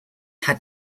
had